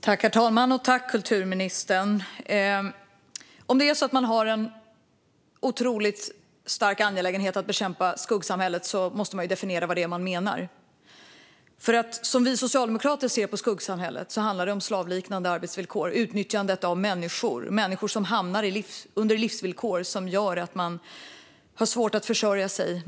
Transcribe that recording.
Herr talman! Om det nu är en så otroligt viktig angelägenhet att bekämpa skuggsamhället måste man ju definiera vad det är man menar. Som vi socialdemokrater ser på skuggsamhället handlar det om slavliknande arbetsvillkor och utnyttjande av människor. Det handlar om människor som hamnar i livsvillkor som gör att de har svårt att försörja sig.